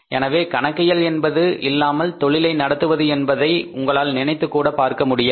எனவே கணக்கியல் என்பது இல்லாமல் தொழிலை நடத்துவது என்பதை உங்களால் நினைத்துக்கூட பார்க்க முடியாது